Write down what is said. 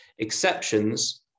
Exceptions